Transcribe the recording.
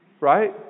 Right